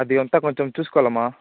అదంతా కొంచెం చూసుకోవాలమ్మా